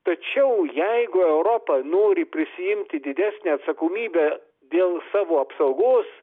tačiau jeigu europa nori prisiimti didesnę atsakomybę dėl savo apsaugos